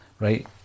right